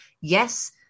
Yes